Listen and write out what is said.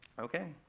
ok.